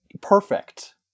perfect